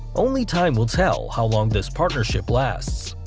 only time will tell how long this partnership lasts.